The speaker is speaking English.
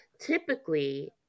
typically